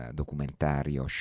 documentario